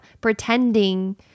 pretending